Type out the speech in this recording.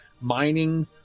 mining